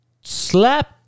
Slap